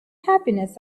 happiness